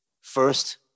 First